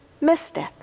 mystic